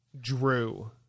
Drew